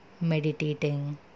meditating